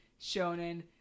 shonen